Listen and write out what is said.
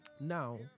Now